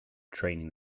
training